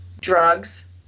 drugs